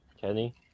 Kenny